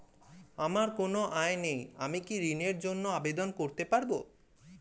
আমার কোনো আয় নেই আমি কি ঋণের জন্য আবেদন করতে পারব?